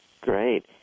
Great